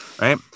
Right